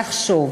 לחשוב,